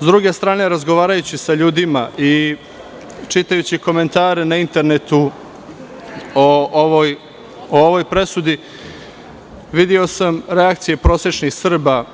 S druge strane, razgovarajući sa ljudima i čitajući komentare na internetu o ovoj presudi, video sam reakcije prosečnih Srba,